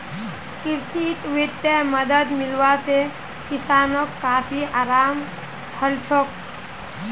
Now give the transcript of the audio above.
कृषित वित्तीय मदद मिलवा से किसानोंक काफी अराम हलछोक